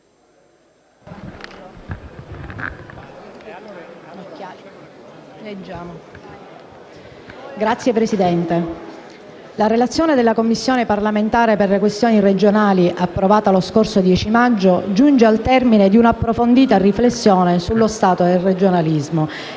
Signor Presidente, la relazione della Commissione parlamentare per le questioni regionali, approvata lo scorso 10 maggio, giunge al termine di un'approfondita riflessione sullo stato del regionalismo